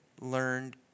learned